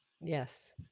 Yes